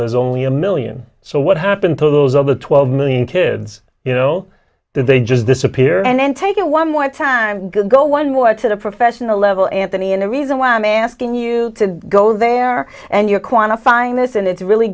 there's only a million so what happened to those other twelve million kids you know they just disappear and then take it one more time go one more to the professional level anthony and the reason why i'm asking you to go there and you're quantifying this and it's really